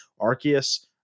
Arceus